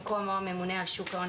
במקום "או הממונה על שוק ההון,